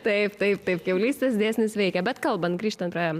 taip taip taip kiaulystės dėsnis veikia bet kalbant grįžtant prie